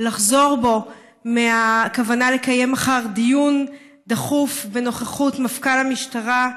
לחזור בו מהכוונה לקיים מחר דיון דחוף בנוכחות מפכ"ל המשטרה,